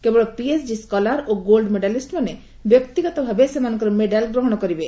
କେବଳ PhD scholar ଓ gold ମେଡାଲିଷ୍ଟମାନେ ବ୍ୟକ୍ତିଗତ ଭାବେ ସେମାନଙ୍କର ମେଡାଲ୍ ଗ୍ରହଣ କରିବେ